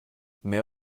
mehr